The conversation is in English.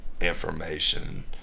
information